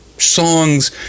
songs